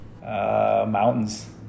Mountains